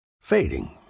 Fading